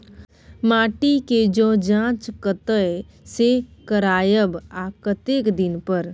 माटी के ज जॉंच कतय से करायब आ कतेक दिन पर?